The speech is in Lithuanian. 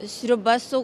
sriuba su